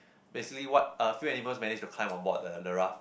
basically what a few animals managed to climb onboard the the raft